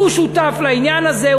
הוא שותף לעניין הזה.